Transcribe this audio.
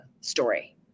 story